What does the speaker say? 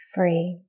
Free